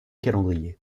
calendrier